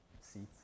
seats